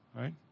right